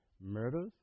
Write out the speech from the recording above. murders